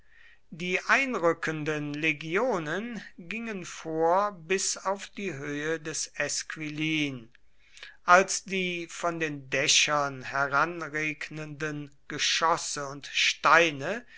die einrückenden legionen gingen vor bis auf die höhe des esquilin als die von den dächern heranregnenden geschosse und steine